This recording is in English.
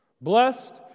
Blessed